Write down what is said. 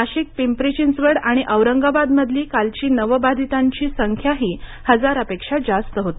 नाशिकपिंपरी चिंचवड आणि औरंगाबाद मधली कालची नवबाधितांची संख्याही हजारापेक्षा जास्त होती